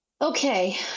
Okay